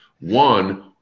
One